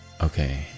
okay